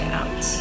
out